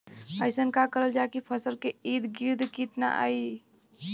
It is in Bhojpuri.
अइसन का करल जाकि फसलों के ईद गिर्द कीट आएं ही न?